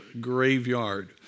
graveyard